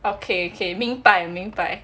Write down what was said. okay okay 明白明白